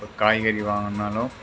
ஒரு காய்கறி வாங்குன்னாலும்